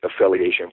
affiliation